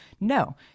no